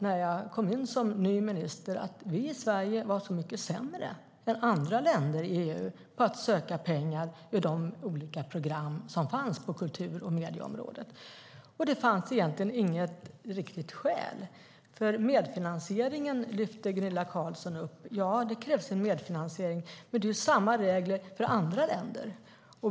När jag kom in som ny minister slogs jag av att vi i Sverige var så mycket sämre än andra länder i EU på att söka pengar i de olika program som finns på kultur och medieområdet. Det fanns egentligen inget riktigt skäl. Medfinansieringen lyfte Gunilla Carlsson upp. Ja, det krävs en medfinansiering, men det är samma regler för andra länder.